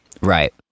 Right